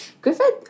Griffith